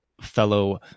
fellow